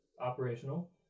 operational